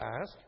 ask